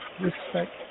respect